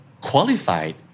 qualified